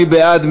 מי בעד?